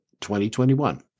2021